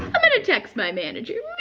i'm gonna text my manager.